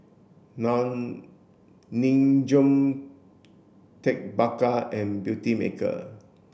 non Nin Jiom Ted Baker and Beautymaker